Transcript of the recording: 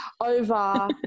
Over